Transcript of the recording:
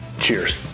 Cheers